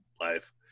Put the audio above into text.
life